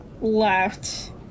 left